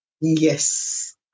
Yes